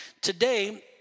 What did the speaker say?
Today